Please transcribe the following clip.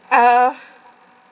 uh